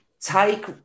take